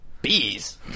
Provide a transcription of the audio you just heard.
Bees